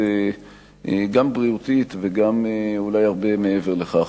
גם בריאותית וגם אולי הרבה מעבר לכך.